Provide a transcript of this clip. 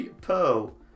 pearl